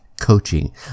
coaching